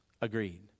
agreed